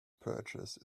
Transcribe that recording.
purchase